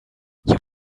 you